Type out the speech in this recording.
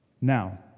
Now